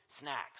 snacks